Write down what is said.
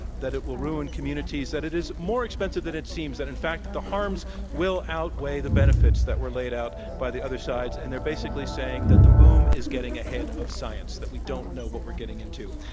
that it will ruin communities, that it is more expensive than it seems, that, in fact, the harms will outweigh the benefits that were laid out by the other sides. and they're basically saying that the boom is getting ahead of science, that we don't know what we're getting into.